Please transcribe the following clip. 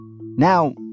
Now